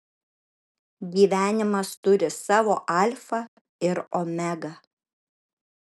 gyvenimas turi savo alfą ir omegą